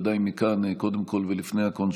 קודם כול ולפני הכול,